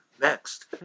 next